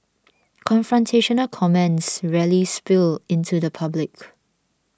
confrontational comments rarely spill into the public